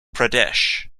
pradesh